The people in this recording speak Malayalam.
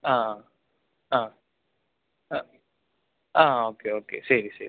ആ ആ ആ ആ ആ ഓക്കെ ഓക്കെ ശരി ശരി